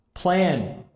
Plan